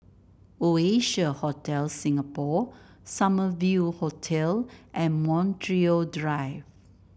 Oasia Hotel Singapore Summer View Hotel and Montreal Drive